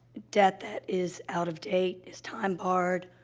debt that is out of date, is time barred,